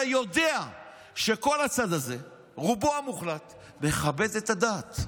אתה יודע שכל הצד הזה, רובו המוחלט, מכבד את הדת,